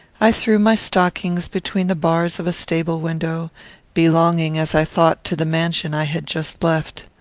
i threw my stockings between the bars of a stable-window belonging, as i thought, to the mansion i had just left.